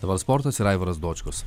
dabar sportas ir aivaras dočkus